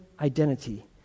identity